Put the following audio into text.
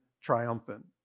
triumphant